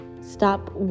Stop